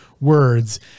words